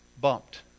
bumped